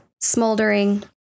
smoldering